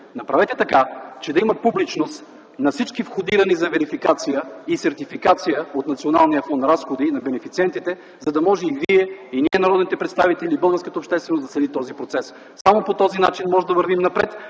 направете така, че да има публичност на всички входирани за верификация и сертификация от националния фонд разходи на бенефициентите, за да може и вие, и ние – народните представители, и българската общественост да следи този процес. Само по този начин можем да вървим напред.